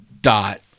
dot